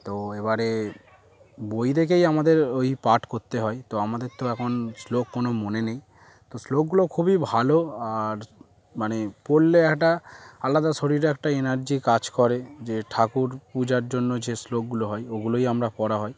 তো এবারে বই দেখেই আমাদের ওই পাঠ করতে হয় তো আমাদের তো এখন শ্লোক কোনো মনে নেই তো শ্লোকগুলো খুবই ভালো আর মানে পড়লে একটা আলাদা শরীরে একটা এনার্জি কাজ করে যে ঠাকুর পূজার জন্য যে শ্লোকগুলো হয় ওগুলোই আমরা পড়া হয়